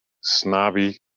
snobby